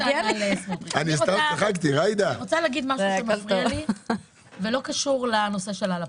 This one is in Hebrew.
אני רוצה להגיד מה מפריע לי ולא קשור לנושא של הלפ"מ: